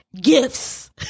gifts